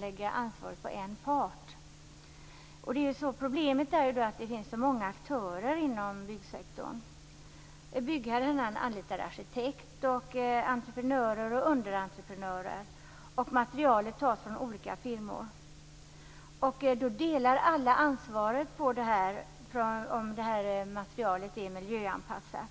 lägga ansvaret på en part inom byggsektorn. Problemet är att det finns så många aktörer. Byggherren anlitar arkitekter, entreprenörer och underentreprenörer. Materialet tas från olika firmor. Då delar alla på ansvaret för att materialet är miljöanpassat.